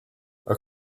our